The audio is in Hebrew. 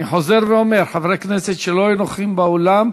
אני חוזר ואומר: חברי כנסת שלא יהיו נוכחים באולם,